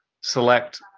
select